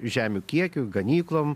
žemių kiekiu ganyklom